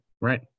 right